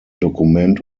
dokument